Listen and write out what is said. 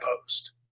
post